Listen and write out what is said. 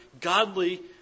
godly